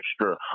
extra